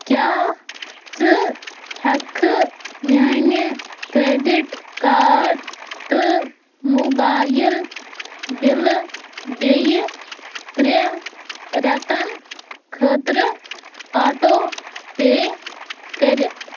کیٛاہ ژٕ ہیٚکہِ کھا میٛانہِ کرٛیٚڈِٹ کارڈ تہٕ موبایِل بِلہٕ بییٚہِ ترٛےٚ ریٚتن خٲطرٕ آٹو پے کٔرِتھ